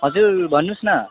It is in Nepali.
हजुर भन्नुहोस् न